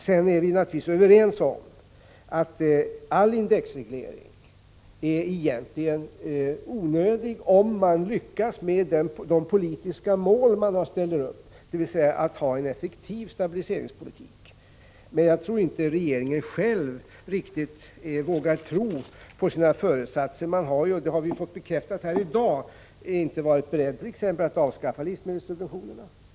Sedan är vi naturligtvis överens om att alla indexregleringar egentligen är onödiga om man lyckas med de politiska mål man ställer upp, dvs. att föra en effektiv stabiliseringspolitik. Jag tror dock inte att regeringen själv riktigt vågar tro på sina föresatser. Som vi har fått bekräftat här i dag har man ju inte varit beredd attt.ex. avskaffa livsmedelssubventionerna.